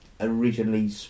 originally